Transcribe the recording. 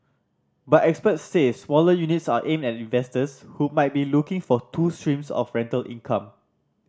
but experts say smaller units are aimed at investors who might be looking for two streams of rental income